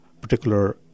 particular